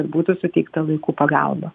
kad būtų suteikta vaikų pagalba